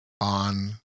on